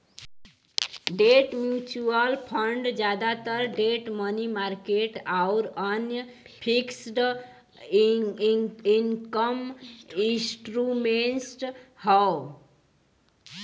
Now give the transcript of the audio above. debt mutual fund जादातर debt money market आउर अन्य फिक्स्ड इनकम इंस्ट्रूमेंट्स हौ